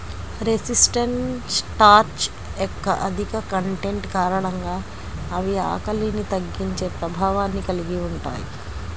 resistant starch యొక్క అధిక content కారణంగా అవి ఆకలిని తగ్గించే ప్రభావాన్ని కలిగి ఉంటాయి